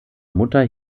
mutter